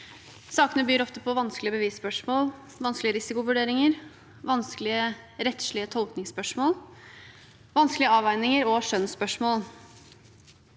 Sakene byr ofte på vanskelige bevisspørsmål, vanskelige risikovurderinger, vanskelige rettslige tolkningsspørsmål, vanskelige avveininger og skjønnsspørsmål.